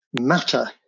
matter